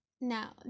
Now